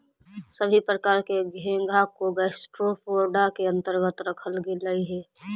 सभी प्रकार के घोंघा को गैस्ट्रोपोडा के अन्तर्गत रखल गेलई हे